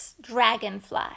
Dragonfly